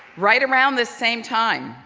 right around this same time,